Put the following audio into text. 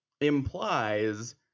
implies